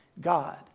God